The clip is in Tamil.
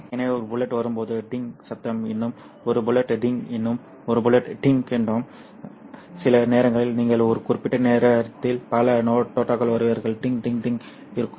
எனவே ஒரு புல்லட் வரும் போது டிங் சத்தம் இன்னும் ஒரு புல்லட் டிங் இன்னும் ஒரு புல்லட் டிங் இருக்கும் சில நேரங்களில் நீங்கள் ஒரு குறிப்பிட்ட நேரத்தில் பல தோட்டாக்கள் வருவீர்கள் டிங் டிங் டிங் இருக்கும்